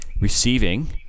receiving